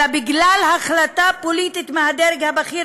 אלא בגלל החלטה פוליטית מהדרג הבכיר